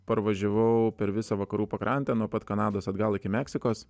parvažiavau per visą vakarų pakrantę nuo pat kanados atgal iki meksikos